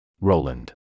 Roland